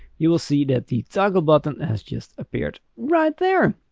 you will see that the toggle button has just appeared right there.